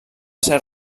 ser